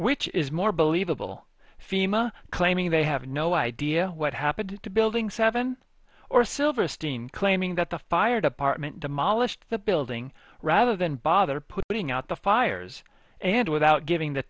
which is more believable fema claiming they have no idea what happened to building seven or silverstein claiming that the fire department demolished the building rather than bother putting out the fires and without giving the